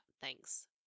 Thanks